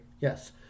Yes